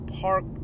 park